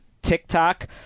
TikTok